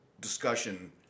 discussion